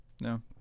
No